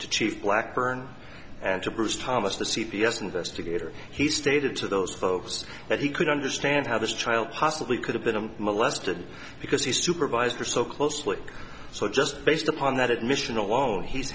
to chief blackburn and to bruce thomas the c p s investigator he stated to those folks that he could understand how this child possibly could have been him molested because he supervised her so closely so just based upon that admission alone he's